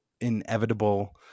inevitable